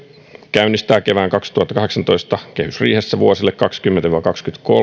käynnistää kevään kaksituhattakahdeksantoista kehysriihessä vuosille kaksituhattakaksikymmentä viiva kaksituhattakaksikymmentäkolme